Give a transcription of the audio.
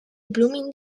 blooming